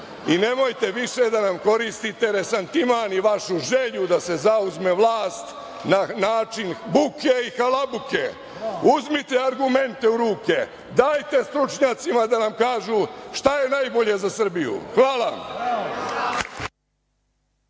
i nemojte više da nam koristite resantiman i vašu želju da se zauzme vlast na način buke i halabuke. Uzmite argumente u ruke, dajte stručnjacima da vam kažu šta je najbolje za Srbiju. Hvala.